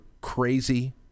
crazy